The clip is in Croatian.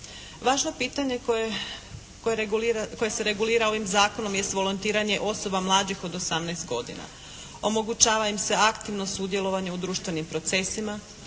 regulira, koje se regulira ovim zakonom jest volontiranje osoba mlađih od 18 godina. Omogućava im se aktivno sudjelovanje u društvenim procesima,